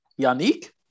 Yannick